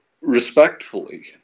respectfully